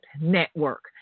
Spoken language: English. Network